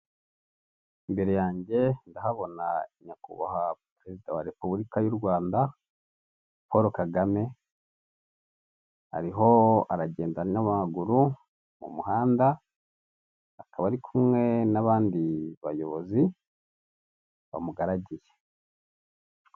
Imbere yanjye ndahabona nyakubahwa perezida wa repubulika y' u Rwanda Polo Kagame ariho aragenda n'amaguru mu muhanda akaba ari kumwe n'abandi bayobozi bamugaragiye.